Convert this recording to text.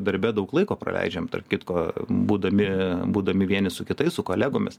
darbe daug laiko praleidžiam tarp kitko būdami būdami vieni su kitais su kolegomis